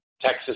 Texas